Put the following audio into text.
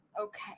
Okay